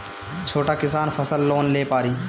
छोटा किसान फसल लोन ले पारी?